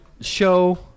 show